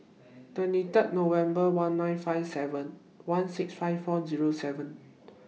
twenty Third November one nine five seven one six five four Zero seven